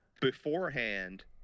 beforehand